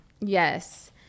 Yes